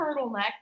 turtleneck